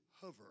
hover